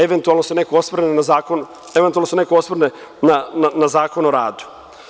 Eventualno se neko osvrnuo na zakon, eventualno se neko osvrne na Zakon o radu.